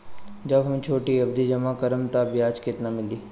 जब हम छोटी अवधि जमा करम त ब्याज केतना मिली?